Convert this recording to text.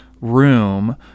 room